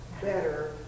better